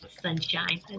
sunshine